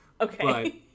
okay